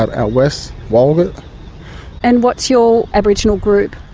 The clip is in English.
out out west, walgett. and what's your aboriginal group?